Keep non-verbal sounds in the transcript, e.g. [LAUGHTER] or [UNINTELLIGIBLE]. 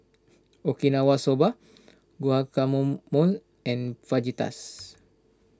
Okinawa Soba Guacamole [UNINTELLIGIBLE] and Fajitas